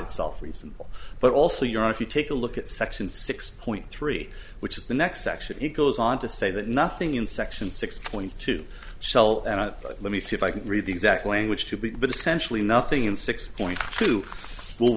itself reasonable but also you're if you take a look at section six point three which is the next section it goes on to say that nothing in section six point two shall let me see if i can read the exact language too big but essentially nothing in six point two full